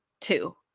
two